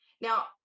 Now